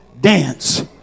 dance